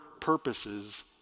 purposes